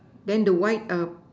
then the white